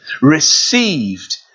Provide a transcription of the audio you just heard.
received